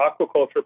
aquaculture